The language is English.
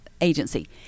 agency